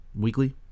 weekly